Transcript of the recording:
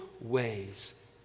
ways